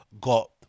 got